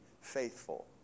faithful